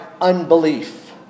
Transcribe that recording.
unbelief